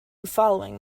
following